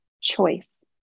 choice